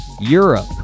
Europe